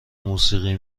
موسیقی